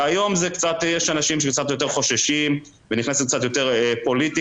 והיום יש אנשים שקצת יותר חוששים ונכנסת קצת יותר פוליטיקה.